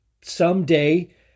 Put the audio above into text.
someday